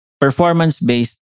performance-based